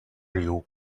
you